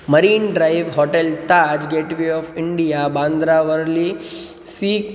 marine Drive hotel Taj Gateway of India Bandra Worli C